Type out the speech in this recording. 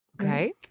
okay